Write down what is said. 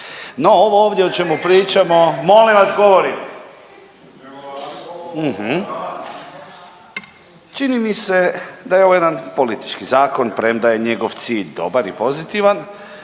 ne razumije se./… Molim vas govorim! Čini mi se da je ovo jedan politički zakon, premda je njegov cilj dobar i pozitivan